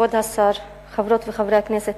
כבוד השר, חברות וחברי הכנסת,